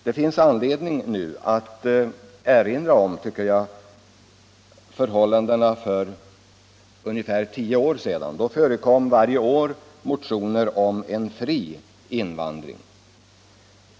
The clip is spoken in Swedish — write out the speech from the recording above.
Det finns nu, tycker jag, anledning att erinra om förhållandena för ungefär tio år sedan. Då förekom varje år motioner om en fri invandring.